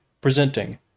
Presenting